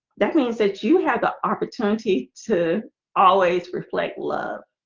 that means that you had the opportunity to always reflect love